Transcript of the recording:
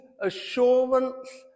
assurance